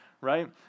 right